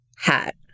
hat